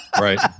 right